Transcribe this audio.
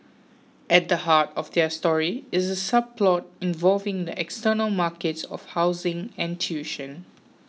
at the heart of their story is a subplot involving the external markets of housing and tuition